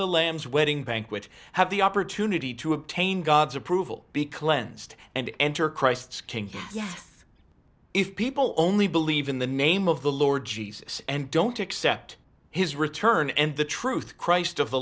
the lamb's wedding banquet have the opportunity to obtain god's approval be cleansed and enter christ's kingdom yet if people only believe in the name of the lord jesus and don't accept his return and the truth christ of the